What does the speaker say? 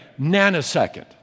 nanosecond